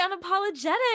unapologetic